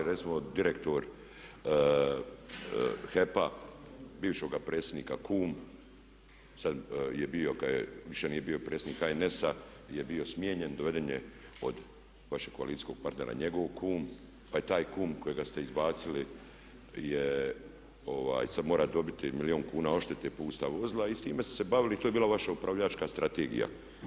Recimo direktor HEP-a, bivšega predsjednika kum, sad je bio kad više nije bio predsjednik HNS-a, je bio smijenjen, doveden je od vašeg koalicijskog partera njegov kum pa je taj kum kojega ste izbacili sad mora dobiti milijun kuna odštete, pusta vozila i s time ste se bavili, to je bila vaša upravljačka strategija.